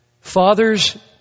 Fathers